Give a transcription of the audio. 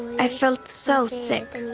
i felt so sick.